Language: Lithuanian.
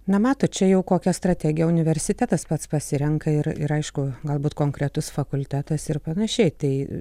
na matot čia jau kokią strategiją universitetas pats pasirenka ir ir aišku galbūt konkretus fakultetas ir panašiai tai